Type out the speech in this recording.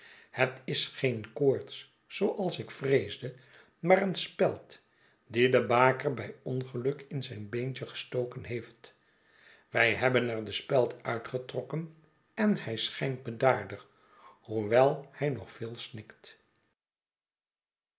het is geen koorts zooals ik vreesde maar een speld die de baker bij ongeluk in zijn beentje gestoken heeft wij hebben er de speld uitgetrokken en hij schijnt bedaarder hoewel hij nog